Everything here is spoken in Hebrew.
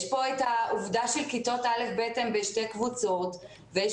יש כאן את העובדה שכיתות א'-ב' הן בשתי קבוצות ויש